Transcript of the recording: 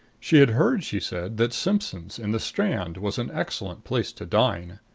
she had heard, she said, that simpson's, in the strand, was an excellent place to dine.